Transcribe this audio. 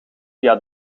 via